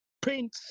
prince